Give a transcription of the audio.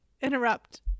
interrupt